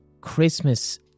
Christmas